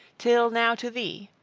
till now to thee.